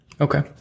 Okay